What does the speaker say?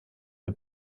der